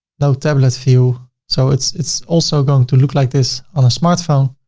no tablets view, so it's it's also going to look like this on a smartphone.